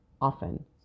often